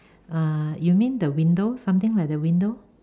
err you mean the window something like the window